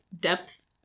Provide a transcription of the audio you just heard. depth